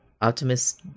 optimus